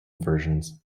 versions